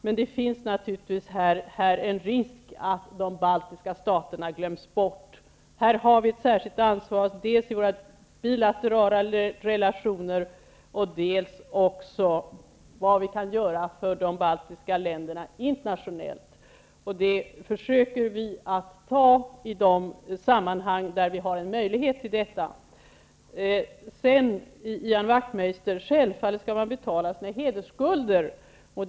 Men det finns naturligtvis här en risk att de baltiska staterna glöms bort. Här har vi ett särskilt ansvar dels i våra bilaterala relationer, dels i vad vi kan göra för de baltiska länderna internationellt. Det ansvaret försöker regeringen att ta i de sammanhang vi har en möjlighet till detta. Självfallet skall man betala sina hedersskulder -- Ian Wachtmeister.